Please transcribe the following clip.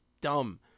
dumb